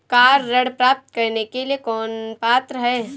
Car ऋण प्राप्त करने के लिए कौन पात्र है?